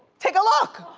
take a look!